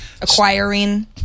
Acquiring